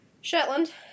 Shetland